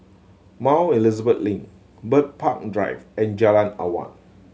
Mount Elizabeth Link Bird Park Drive and Jalan Awan